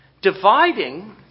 Dividing